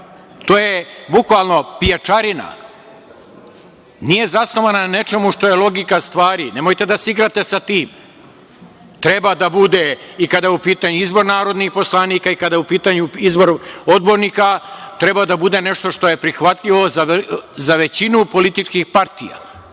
To je bukvalno pijačarina. Nije zasnovana na nečemu što je logika stvari. Nemojte da se igrate sa tim. Treba da bude i kada je u pitanju izbor narodnih poslanika i kada je u pitanju izbor odbornika. Treba da bude nešto što je prihvatljivo za većinu političkih partija,